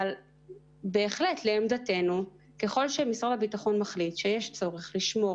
אבל בהחלט לעמדתנו ככל שמשרד הביטחון מחליט שיש צורך לשמור,